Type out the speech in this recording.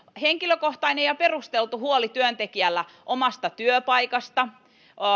henkilökohtainen ja perusteltu huoli työntekijällä omasta työpaikasta